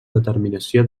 determinació